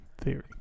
Theory